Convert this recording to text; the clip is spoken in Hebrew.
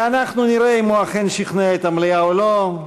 ואנחנו נראה אם הוא אכן שכנע את המליאה או לא.